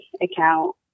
account